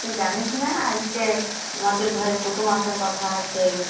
তুই জানিস না আজকে নদের ঘরে কুটুম আসার কথা আছে